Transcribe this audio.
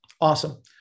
awesome